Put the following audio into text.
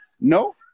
no